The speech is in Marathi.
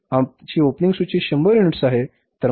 आमची ओपनिंग सूची 100 युनिट्स आहे